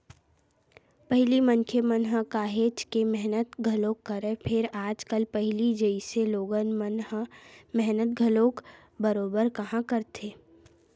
पहिली मनखे मन ह काहेच के मेहनत घलोक करय, फेर आजकल पहिली जइसे लोगन मन ह मेहनत घलोक बरोबर काँहा करथे